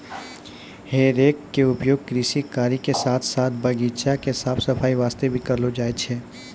हे रेक के उपयोग कृषि कार्य के साथॅ साथॅ बगीचा के साफ सफाई वास्तॅ भी करलो जाय छै